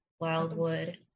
Wildwood